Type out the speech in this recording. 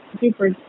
super